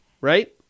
right